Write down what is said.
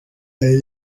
yari